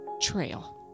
trail